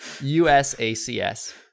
U-S-A-C-S